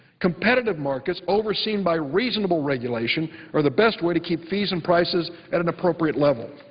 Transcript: competitive markets overseen by reasonable regulation are the best way to keep fees and prices at an appropriate level.